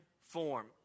form